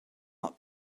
not